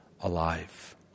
alive